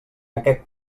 aquest